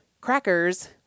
crackers